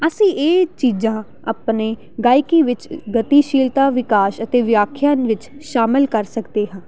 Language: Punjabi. ਅਸੀਂ ਇਹ ਚੀਜ਼ਾਂ ਆਪਣੇ ਗਾਇਕੀ ਵਿੱਚ ਗਤੀਸ਼ੀਲਤਾ ਵਿਕਾਸ ਅਤੇ ਵਿਆਖਿਆਨ ਵਿੱਚ ਸ਼ਾਮਿਲ ਕਰ ਸਕਦੇ ਹਾਂ